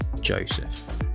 Joseph